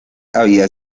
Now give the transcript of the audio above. había